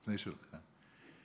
לפני שלך.